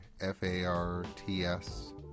F-A-R-T-S